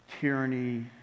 tyranny